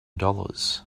dollars